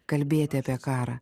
kalbėti apie karą